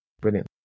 brilliant